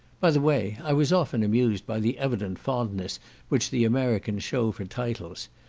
by the way, i was often amused by the evident fondness which the americans shew for titles.